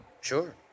Sure